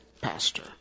pastor